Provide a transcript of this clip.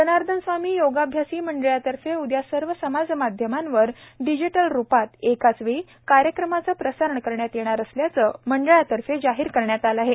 जनार्दन स्वामी योगाभ्यासी मंडळातर्फे उद्या सर्व समाजमाध्यमांवर डिजिटल रूपात एकाच वेळी कार्यक्रमाचे प्रसारण करण्यात येणार असल्याचे मंडळातर्फे जाहीर करण्यात आले आहे